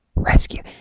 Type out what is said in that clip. rescue